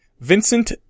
Vincent